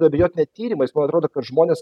abejot net tyrimais man atrodo kad žmonės